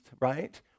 right